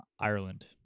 Ireland